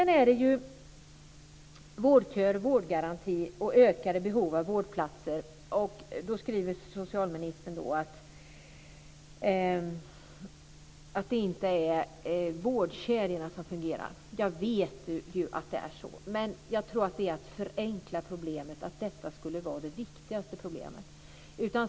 När det gäller vårdköer, vårdgaranti och ökat behov av vårdplatser skriver socialministern att det är vårdkedjorna som inte fungerar. Jag vet ju att det är så. Men jag tror att det är att förenkla problemet att säga att detta är det viktigaste problemet.